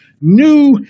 new